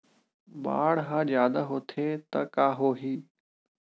बाढ़ ह जादा होथे त का होही?